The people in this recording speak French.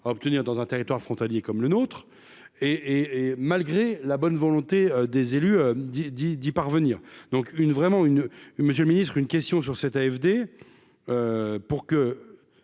à obtenir dans un territoire frontalier comme le nôtre et et malgré la bonne volonté des élus d'y parvenir donc une vraiment une monsieur le ministre, une question sur cette AFD pour qu'elle